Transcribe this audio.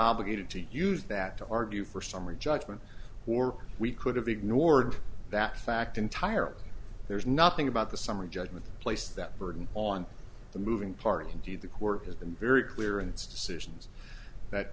obligated to use that to argue for summary judgment or we could have ignored that fact entirely there's nothing about the summary judgment place that burden on the moving part indeed the court has been very clear and it's decisions that